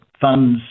funds